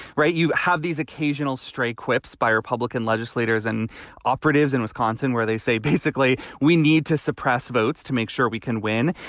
right. you have these occasional stray quips by republican legislators and operatives in wisconsin where they say basically we need to suppress votes to make sure we can win.